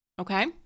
okay